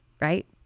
right